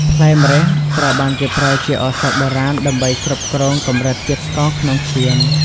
ផ្លែម្រះ ត្រូវបានគេប្រើជាឱសថបុរាណដើម្បីគ្រប់គ្រងកម្រិតជាតិស្ករក្នុងឈាម។